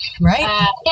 Right